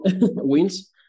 wins